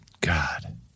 god